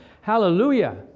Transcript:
Hallelujah